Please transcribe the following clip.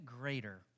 greater